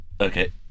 Okay